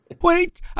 wait